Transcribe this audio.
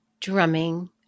drumming